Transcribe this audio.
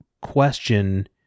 question